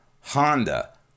Honda